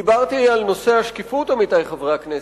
דיברתי על נושא השקיפות, עמיתי חברי הכנסת.